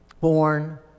born